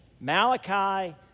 Malachi